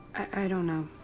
i don't know.